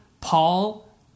Paul